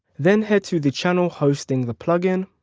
then head to the channel hosting the plugin.